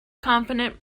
confident